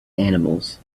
animals